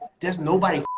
there's nobody